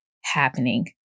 happening